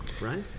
right